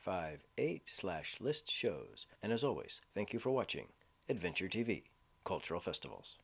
five eight slash list shows and as always thank you for watching adventure t v cultural festivals